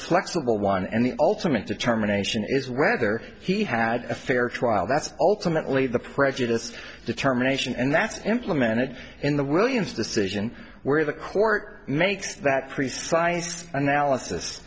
flexible one and the ultimate determination is whether he had a fair trial that's ultimately the prejudice determination and that's implemented in the williams decision where the court made that precise analysis